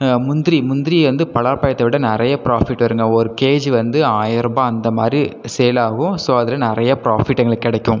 முந்திரி முந்திரி வந்து பலாபழத்தை விட நிறையா ப்ராஃபிட் வருங்க ஒரு கேஜி வந்து ஆயரூபா அந்த மாரி சேல் ஆகும் ஸோ அதில் நிறையா ப்ராஃபிட் எங்களுக்கு கிடைக்கும்